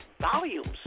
Volumes